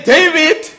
David